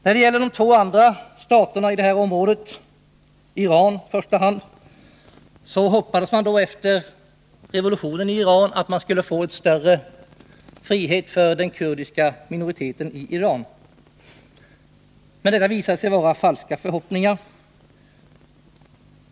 När det gäller Iran, en av de två andra staterna i detta område, hoppades man efter revolutionen där att det skulle bli större frihet för den kurdiska minoriteten i landet. Men det har visat sig vara falska förhoppningar.